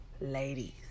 ladies